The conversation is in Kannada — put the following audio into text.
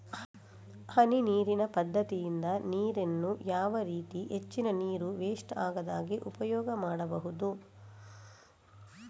ಹನಿ ನೀರಿನ ಪದ್ಧತಿಯಿಂದ ನೀರಿನ್ನು ಯಾವ ರೀತಿ ಹೆಚ್ಚಿನ ನೀರು ವೆಸ್ಟ್ ಆಗದಾಗೆ ಉಪಯೋಗ ಮಾಡ್ಬಹುದು?